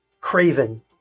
craven